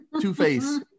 Two-Face